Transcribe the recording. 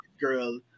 girl